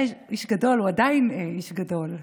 הוא היה איש גדול, הוא עדיין איש גדול.